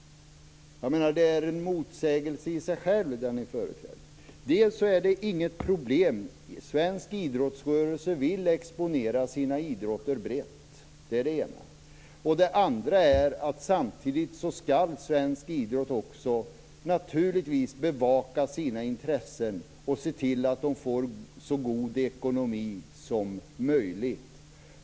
Det ni företräder är en motsägelse i sig självt. Detta är inget problem. Svensk idrottsrörelse vill exponera sina idrotter brett. Samtidigt skall också svensk idrott naturligtvis bevaka sina intressen och se till att man får så god ekonomi som möjligt.